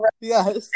Yes